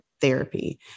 therapy